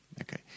Okay